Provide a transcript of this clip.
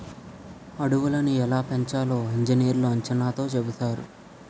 అడవులని ఎలా పెంచాలో ఇంజనీర్లు అంచనాతో చెబుతారు